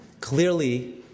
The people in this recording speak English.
clearly